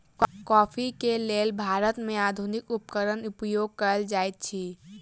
coffee के लेल भारत में आधुनिक उपकरण उपयोग कएल जाइत अछि